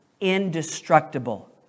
indestructible